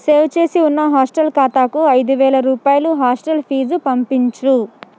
save చేసి ఉన్న hostel ఖాతాకు ఐదువేల రూపాయలు హాస్టల్ ఫీజు పంపించు